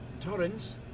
Torrens